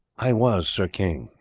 i was, sir king,